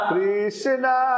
Krishna